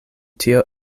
tio